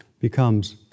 becomes